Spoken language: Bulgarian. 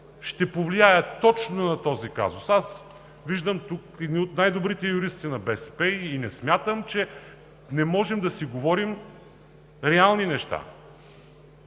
ще повлияе точно на този казус? Аз виждам тук едни от най-добрите юристи на БСП и не смятам, че не можем да си говорим реални неща.